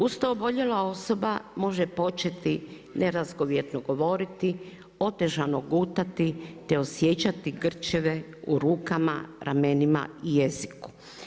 Uz to, oboljela osoba može početi nerazgovjetno govoriti, otežano gutati te osjećati grčeve u rukama, ramenima i jeziku.